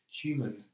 human